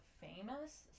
famous